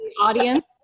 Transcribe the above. audience